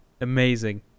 amazing